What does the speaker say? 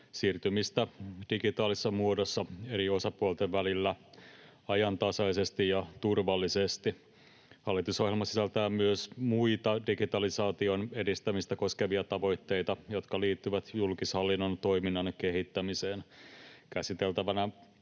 siirtymistä digitaalisessa muodossa eri osapuolten välillä ajantasaisesti ja turvallisesti. Hallitusohjelma sisältää myös muita digitalisaation edistämistä koskevia tavoitteita, jotka liittyvät julkishallinnon toiminnan kehittämiseen. Käsiteltävänä